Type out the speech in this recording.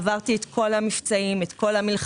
עברתי את כל המבצעים, את כל המלחמות.